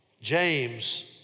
James